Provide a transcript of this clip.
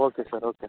okay sir okay